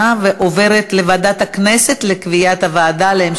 אז זה יעבור לוועדת הכנסת לקביעת הוועדה.